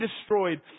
destroyed